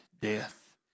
death